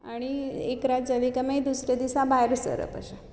आनी एक रात जाली काय मागीर दुसरे दिसा भायर सरप अशें